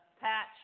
patch